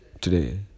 today